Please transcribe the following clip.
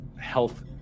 health